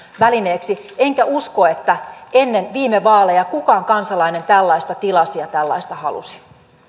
välineeksi enkä usko että ennen viime vaaleja kukaan kansalainen tällaista tilasi ja tällaista halusi